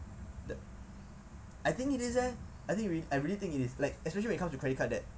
the I think it is leh I think real~ I really think it is like especially when it come to credit card debt